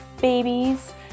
babies